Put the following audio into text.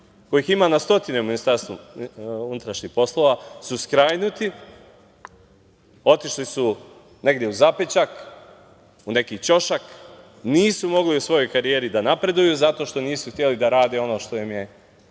kojih ima na stotine u MUP-u su skrajnuti, otišli su negde u zapećak, u neki ćošak, nisu mogli u svojoj karijeri da napreduju zato što nisu hteli da rede ono što im je